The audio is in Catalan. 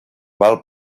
val